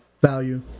value